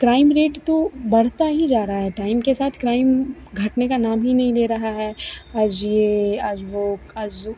crime rate तो बढ़ता ही जा रहा है टाइम के साथ क्राइम घटने का नाम ही नहीं ले रहा है और ज़े आज वह आज